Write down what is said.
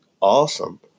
awesome